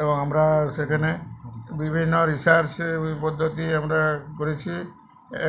এবং আমরা সেখানে বিভিন্ন রিসার্চ পদ্ধতি আমরা করেছি